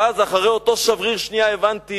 ואז אחרי אותו שבריר שנייה הבנתי: